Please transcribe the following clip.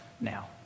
now